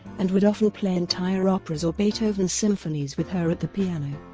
and would often play entire operas or beethoven symphonies with her at the piano.